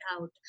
out